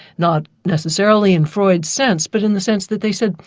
not necessarily in freud's sense, but in the sense that they said,